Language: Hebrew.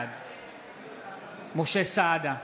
בעד משה סעדה,